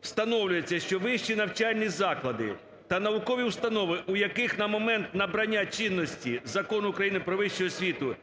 Встановлюється, що вищі навчальні заклади та наукові установи, у яких на момент набрання чинності Закону України "Про вищу освіту"